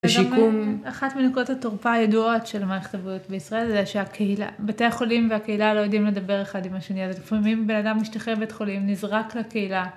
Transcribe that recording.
זה גם אחת מנקודות התורפה הידועות של מערכת הבריאות בישראל זה שהקהילה, בתי החולים והקהילה לא יודעים לדבר אחד עם השני, אז לפעמים בן אדם משתחרר מבית חולים, נזרק לקהילה.